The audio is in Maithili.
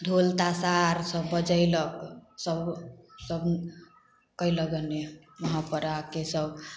ढोल ताशा आर सब बजेलक सब कयलक गने वहाँ पर आके सब